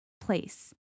place